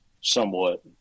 somewhat